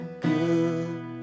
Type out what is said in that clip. good